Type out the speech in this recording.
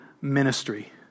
ministry